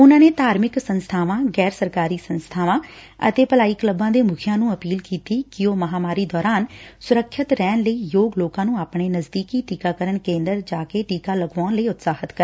ਉਨੂਾਂ ਨੇ ਧਾਰਮਿਕ ਸੰਸਬਾਵਾਂ ਗੈਰ ਸਰਕਾਰੀ ਸੰਸਬਾਵਾਂ ਅਤੇ ਭਲਾਈ ਕਲੱਬਾਂ ਦੇ ਮੁਖੀਆਂ ਨੂੰ ਅਪੀਲ ਕੀਤੀ ਕਿ ਉਹ ਮਹਾਂਮਾਰੀ ਦੌਰਾਨ ਸੁਰੱਖਿਅਤ ਰਹਿਣ ਲਈ ਯੋਗ ਲੋਕਾਂ ਨੁੰ ਆਪਣੇ ਨਜਦੀਕੀ ਟੀਕਾਕਰਨ ਕੇ'ਦਰ ਜਾ ਕੇਂ ਟੀਕਾ ਲਗਵਾਉਣ ਲਈ ਉਤਸਾਹਿਤ ਕਰਨ